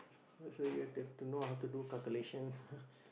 so so you have to to know how to calculation